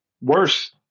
Worse